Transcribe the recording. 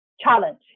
challenge